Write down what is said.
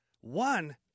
One